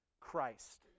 Christ